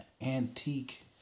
antique